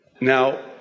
Now